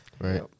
Right